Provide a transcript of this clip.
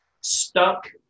stuck